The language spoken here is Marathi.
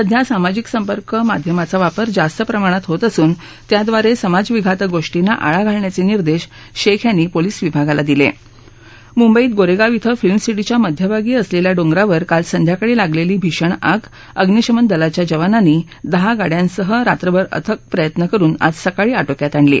सध्या सामाजिक संपर्क माध्यमाचा वापर जास्त प्रमाणात होत असून त्याद्वारसिमाज विघातक गोर्षींना आळा घालण्याचसिदेश शखीयांनी पोलिस विभागाला दिल मुंबईत गोरात्रि इथं फिल्मसिटीच्या मध्यभागी असलखि डोंगरावर काल संध्याकाळी लागलछी भीषण आग अग्निशमन दलाच्या जवानांनी दहा गाड्यांसह रात्रभर अथक प्रयत्न करुन आज सकाळी आटोक्यात आणली